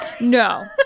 No